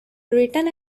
written